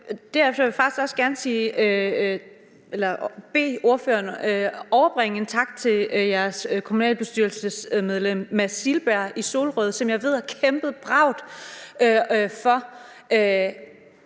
gerne bede ordføreren overbringe en tak til jeres kommunalbestyrelsesmedlem Mads Silberg i Solrød Kommune, som jeg ved har kæmpet bravt for